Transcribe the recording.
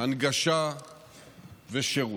הנגשה ושירות.